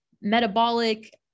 metabolic